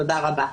תודה רבה.